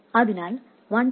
അതിനാൽ 1